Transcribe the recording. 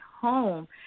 home